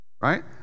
Right